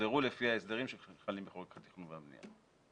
ויוסדרו לפי ההסדרים שחלים בחוק התכנון והבנייה.